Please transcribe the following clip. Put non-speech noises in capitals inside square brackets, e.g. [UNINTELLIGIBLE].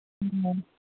[UNINTELLIGIBLE]